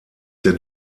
der